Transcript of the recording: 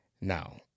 Now